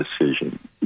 decision